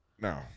no